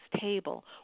table